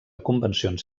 convencions